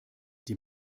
die